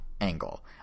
angle